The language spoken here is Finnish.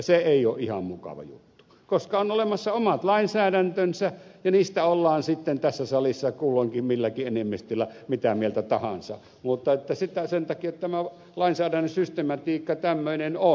se ei ole ihan mukava juttu koska on olemassa omat lainsäädäntönsä ja niistä ollaan sitten tässä salissa kulloinkin milläkin enemmistöllä mitä mieltä tahansa mutta sen takia tämä lainsäädännön systematiikka tämmöinen on